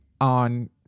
on